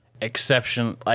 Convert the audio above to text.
exceptional